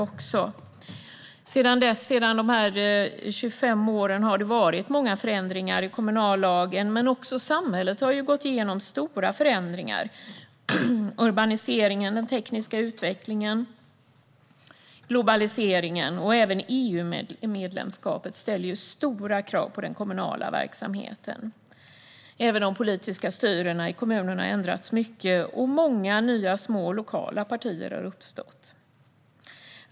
Under de här 25 åren har det varit många förändringar i kommunallagen, men också samhället har gått igenom stora förändringar. Urbaniseringen, den tekniska utvecklingen, globaliseringen och även EU-medlemskapet ställer stora krav på den kommunala verksamheten. Även de politiska styrena i kommunerna har ändrats mycket, och många nya små lokala partier har uppstått.